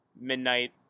midnight